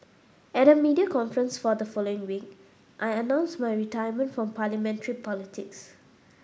at a media conference for the following week I announced my retirement from Parliamentary politics